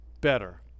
better